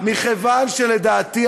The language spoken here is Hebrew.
מכיוון שלדעתי,